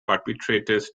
perpetrators